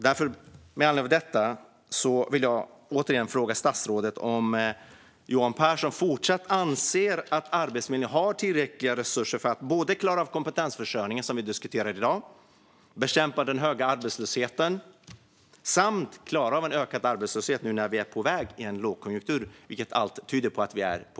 Med anledning av detta vill jag fråga statsrådet om han fortsatt anser att Arbetsförmedlingen har tillräckliga resurser för att både klara av kompetensförsörjningen, som diskuteras i dag, bekämpa den höga arbetslösheten och klara av en ökad arbetslöshet nu när vi är på väg in i en lågkonjunktur, vilket allt tyder på.